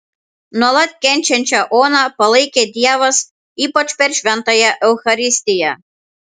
nuolat kenčiančią oną palaikė dievas ypač per šventąją eucharistiją